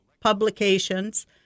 publications